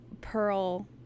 Pearl